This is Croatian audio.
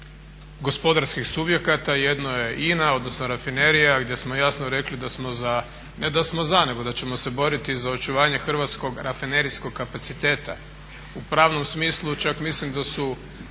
gospodarskih subjekata i jedno je INA odnosno rafinerija gdje smo jasno rekli da smo za, ne da smo za nego da ćemo se boriti za očuvanje hrvatskog rafinerijskog kapaciteta. U pravnom smislu čak mislim da su